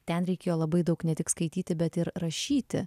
ten reikėjo labai daug ne tik skaityti bet ir rašyti